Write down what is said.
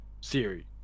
Siri